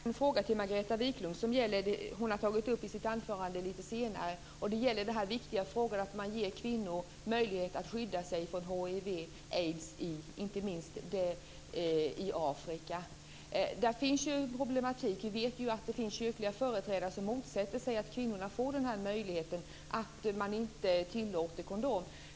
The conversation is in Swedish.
Fru talman! Jag vill ställa en fråga till Margareta Viklund om det hon har tagit upp i den senare delen av sitt anförande. Det gäller den viktiga frågan att man ger kvinnor möjlighet att skydda sig mot hiv/aids, inte minst i Afrika. Där finns en problematik. Vi vet att det finns kyrkliga företrädare som motsätter sig att kvinnorna får denna möjlighet och att man inte tillåter kondom.